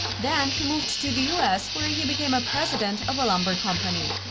then he moved to the us, where he became a president of a lumber company.